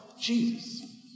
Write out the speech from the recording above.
jesus